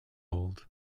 bold